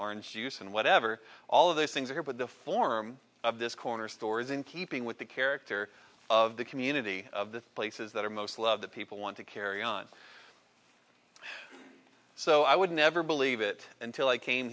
orange juice and whatever all of those things are but the form of this corner store is in keeping with the character of the community of the places that are most loved people want to carry on so i would never believe it until i came